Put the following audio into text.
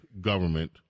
government